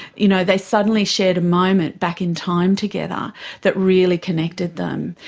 you know they suddenly shared a moment back in time together that really connected them.